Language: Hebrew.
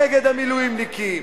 נגד המילואימניקים,